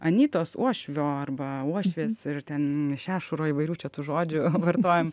anytos uošvio arba uošvės ir ten šešuro įvairių čia tų žodžių vartojam